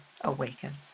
awaken